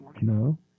No